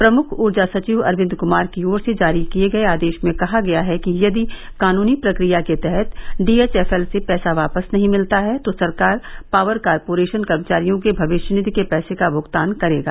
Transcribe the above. प्रमुख ऊर्जा सचिव अरविन्द क्मार की ओर से जारी किए गये आदेश में कहा गया है कि यदि कानूनी प्रक्रिया के तहत डी एच एफ एल से पैसा वापस नहीं मिलता है तो सरकार पॉवर कॉरपोरेशन कर्मचारियों के भविष्य निधि के पैसे का भूगतान करेगा